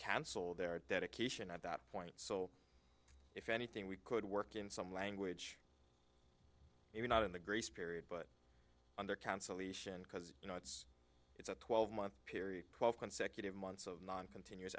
cancel their dedication at that point so if anything we could work in some language here not in the grace period but under consolation because you know it's it's a twelve month period twelve consecutive months of non continuous